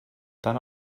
tant